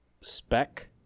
spec